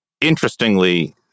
Interestingly